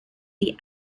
the